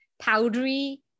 powdery